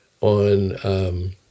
on